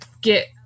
get